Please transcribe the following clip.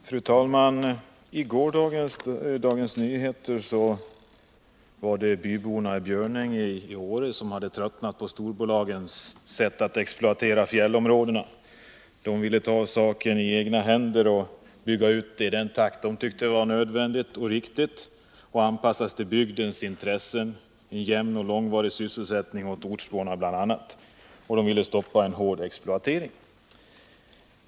Fru talman! I gårdagens nummer av Dagens Nyheter kunde man läsa om byborna i Björnänge i Åre som hade tröttnat på storbolagens sätt att exploatera fjällområdena. De ville ta saken i egna händer, bygga ut i den takt de tyckte var nödvändig och riktig. De ville anpassa sig till bygdens intressen, bl.a. jämn och långvarig sysselsättning åt ortsborna, och de ville stoppa en hård exploatering.